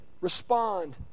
respond